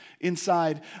inside